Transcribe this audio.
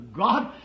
God